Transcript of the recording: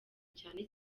cyane